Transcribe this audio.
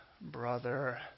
brother